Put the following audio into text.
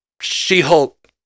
She-Hulk